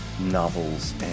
novels